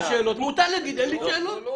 מותר לך להגיד שאין לך שאלות.